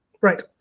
Right